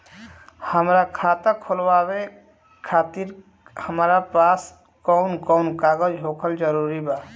हमार खाता खोलवावे खातिर हमरा पास कऊन कऊन कागज होखल जरूरी बा?